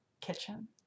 kitchen